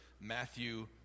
Matthew